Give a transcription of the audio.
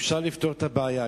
אפשר לפתור את הבעיה.